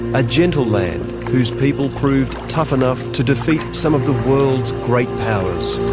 a gentle land whose people proved tough enough to defeat some of the world's great powers.